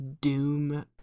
doom